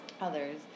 others